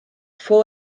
fou